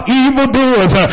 evildoers